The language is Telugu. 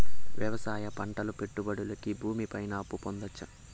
వ్యవసాయం పంటల పెట్టుబడులు కి భూమి పైన అప్పు పొందొచ్చా?